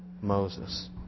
Moses